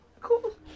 Cool